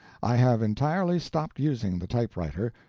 i have entirely stopped using the typewriter,